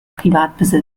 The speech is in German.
privatbesitz